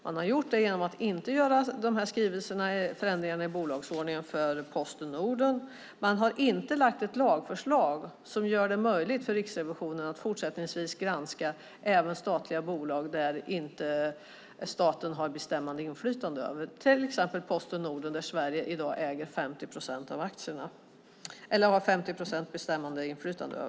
Man har gjort det genom att inte göra förändringarna i bolagsordningen för Posten Norden. Man har inte lagt fram ett lagförslag som gör det möjligt för Riksrevisionen att fortsättningsvis granska även statliga bolag som staten inte har bestämmande inflytande över, till exempel Posten Norden där Sverige har 50 procent bestämmande inflytande.